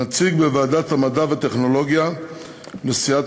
הנציג בוועדת המדע והטכנולוגיה לסיעת